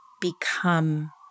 become